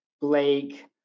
Blake